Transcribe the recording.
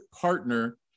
partner